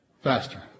Faster